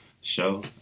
show